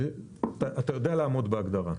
אתה יודע לעמוד בהגדרה.